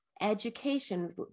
education